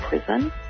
prison